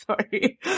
Sorry